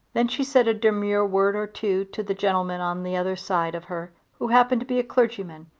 then she said a demure word or two to the gentleman on the other side of her who happened to be a clergyman,